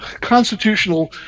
constitutional